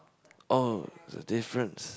oh is a difference